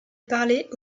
parler